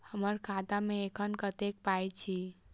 हम्मर खाता मे एखन कतेक पाई अछि?